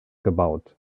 gebaut